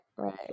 Right